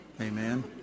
Amen